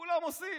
כולם עושים.